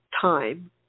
time